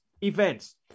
events